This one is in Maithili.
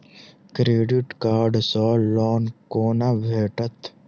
क्रेडिट कार्ड सँ लोन कोना भेटत?